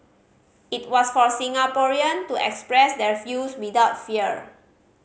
it was for Singaporean to express their views without fear